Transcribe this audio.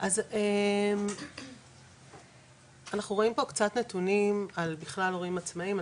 אז אנחנו רואים פה קצת נתונים על בכלל הורים עצמאיים,